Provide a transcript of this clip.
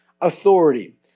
authority